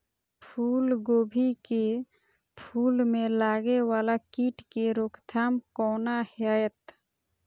फुल गोभी के फुल में लागे वाला कीट के रोकथाम कौना हैत?